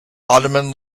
ottoman